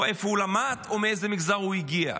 איפה הוא למד או מאיזה מגזר הוא הגיע.